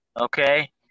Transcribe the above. okay